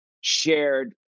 shared